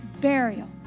burial